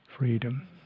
Freedom